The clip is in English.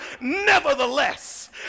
nevertheless